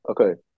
Okay